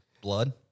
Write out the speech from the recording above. Blood